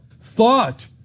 thought